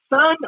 Son